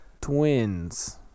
Twins